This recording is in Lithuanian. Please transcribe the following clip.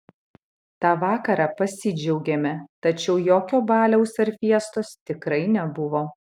tą vakarą pasidžiaugėme tačiau jokio baliaus ar fiestos tikrai nebuvo